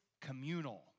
communal